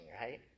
right